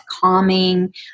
calming